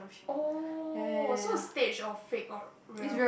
oh so it's staged or fake or real